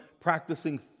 practicing